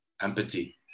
empathy